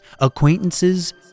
acquaintances